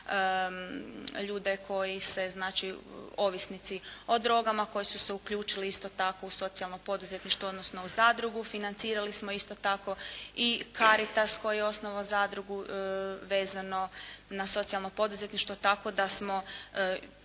ljude koji se, znači ovisnici o drogama koji su se uključili isto tako u socijalno poduzetništvo, odnosno u zadrugu. Financirali smo isto tako i "Karitas" koji je osnovao zadrugu vezano na socijalno poduzetništvo, tako da smo,